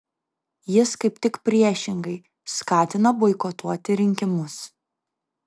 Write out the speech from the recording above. jis kaip tik priešingai skatina boikotuoti rinkimus